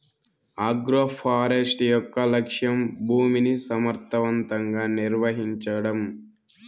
agroforestry యొక్క లక్ష్యం భూమిని సమర్ధవంతంగా నిర్వహించడం